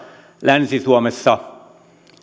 länsi suomessa ne